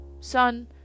son